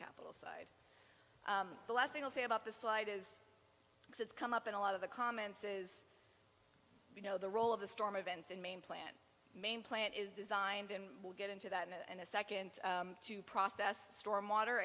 capital side the last thing i'll say about the slide is because it's come up in a lot of the comments is you know the role of the storm events in maine plan maine plan is designed and will get into that and the second to process storm water